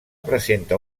presenta